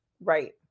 Right